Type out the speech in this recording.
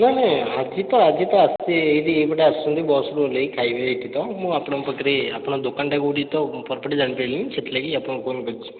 ନାଇଁ ନାଇଁ ଆଜି ତ ଆଜି ତ ଆଜି ଏଇଟି ଏହି ପଟେ ଆସୁଛନ୍ତି ବସ୍ରୁ ଓହ୍ଲାଇ ଖାଇବେ ଏଇଠି ତ ମୁଁ ଆପଣଙ୍କ ପାଖରେ ଆପଣଙ୍କ ଦୋକାନଟା କେଉଁଠି ତ ପରଫେକ୍ଟ ଜାଣି ପାରିଲିନି ସେଥି ଲାଗି ଆପଣଙ୍କୁ କଲ୍ କରିଛି